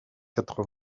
quatre